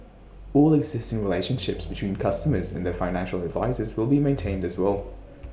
all existing relationships between customers and their financial advisers will be maintained as well